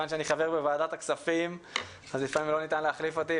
מכיוון שאני חבר בוועדת הכספים לפעמים לא ניתן להחליף אותי,